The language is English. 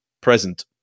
present